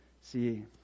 See